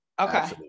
Okay